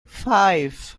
five